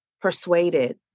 persuaded